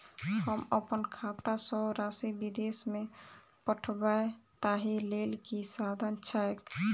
हम अप्पन खाता सँ राशि विदेश मे पठवै ताहि लेल की साधन छैक?